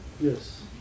Yes